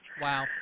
Wow